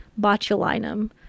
botulinum